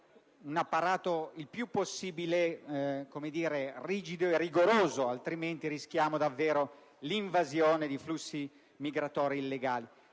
un apparato il più possibile rigido e rigoroso. In caso contrario, rischiamo davvero l'invasione di flussi migratori illegali.